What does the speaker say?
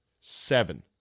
Seven